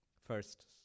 first